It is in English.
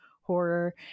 horror